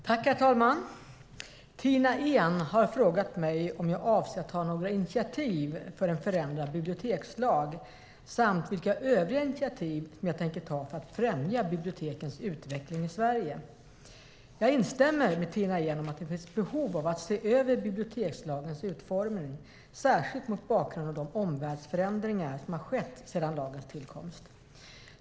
Herr talman! Tina Ehn har frågat mig om jag avser att ta några initiativ för en förändrad bibliotekslag samt vilka övriga initiativ jag tänker ta för att främja bibliotekens utveckling i Sverige. Jag instämmer med Tina Ehn om att det finns behov av att se över bibliotekslagens utformning, särskilt mot bakgrund av de omvärldsförändringar som skett sedan lagens tillkomst.